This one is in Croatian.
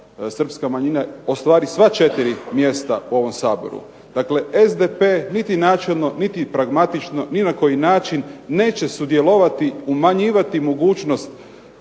srpska manjina ostvari sva 4 mjesta u ovom Saboru. Dakle, SDP niti načelno niti pragmatično, ni na koji način neće sudjelovati, umanjivati mogućnost